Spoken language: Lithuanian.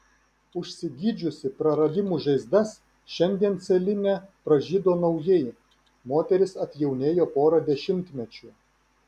užsigydžiusi praradimų žaizdas šiandien celine pražydo naujai moteris atjaunėjo pora dešimtmečių